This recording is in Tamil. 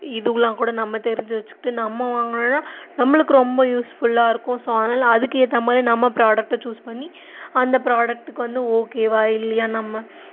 இதுவெல்லாம் கூட நம்ம தெரிஞ்சு வச்சுக்கிட்டு நம்ம வாங்குனோன்னால் நம்மளுக்கு ரொம்ப யூஸ்ஃபுல்லாக இருக்கும் ஸோ அதனால் அதுக்கு ஏற்ற மாதிரி நம்ம ப்ராடக்ட்டை சூஸ் பண்ணி அந்த ப்ராடக்ட்டுக்கு வந்து ஓகேவா இல்லையான்னு நம்ம